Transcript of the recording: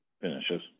Finishes